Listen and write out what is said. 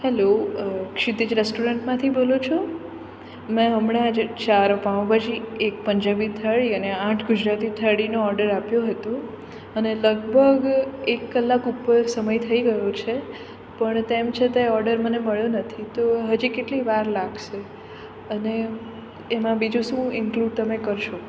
hello Kshitij રેસ્ટોરન્ટમાંથી બોલો છો મેં હમણાં જ ચાર પાંઉભાજી એક પંજાબી થાળી અને આઠ ગુજરાતી થાળીનો ઓડર આપ્યો હતો અને લગભગ એક કલાક ઉપર સમય થઈ ગયો છે પણ તેમ છતાંય ઓડર મને મળ્યો નથી તો હજી કેટલી વાર લાગશે અને એમાં બીજું શું ઇનકલુંડ તમે કરશો